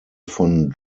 von